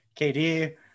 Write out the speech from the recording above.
KD